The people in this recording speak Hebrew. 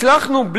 הצלחנו,